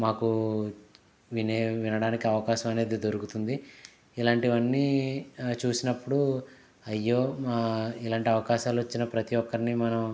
మాకు వినయ వినడానికి అవకాశం అనేది దొరుకుతుంది ఇలాంటివన్నీ చూసినప్పుడు అయ్యో మా ఇలాంటి అవకాశాలు వచ్చిన ప్రతి ఒక్కరిని మనం